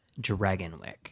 Dragonwick